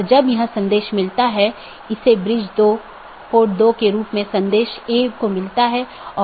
तो मुख्य रूप से ऑटॉनमस सिस्टम मल्टी होम हैं या पारगमन स्टब उन परिदृश्यों का एक विशेष मामला है